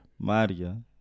Maria